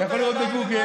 אתה יכול לראות בגוגל,